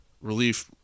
relief